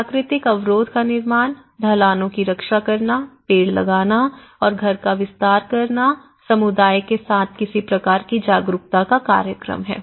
प्राकृतिक अवरोध का निर्माण ढलानों की रक्षा करना पेड़ लगाना और घर का विस्तार करना समुदाय के साथ किसी प्रकार की जागरूकता का कार्यक्रम है